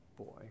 Boy